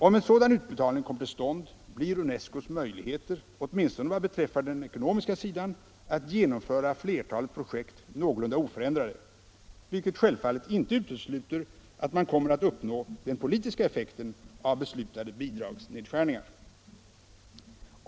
Om en sådan utbetalning kommer till stånd, blir UNESCO:s möjligheter, åtminstone vad beträffar den ekonomiska sidan, att genomföra flertalet projekt någorlunda oförändrade vilket självfallet inte utesluter att man kommer att uppnå den politiska effekten av beslutade bidragsnedskärningar.